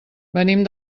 venim